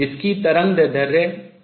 जिसकी तरंगदैर्ध्य hmv होती है